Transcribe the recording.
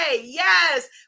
Yes